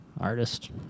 artist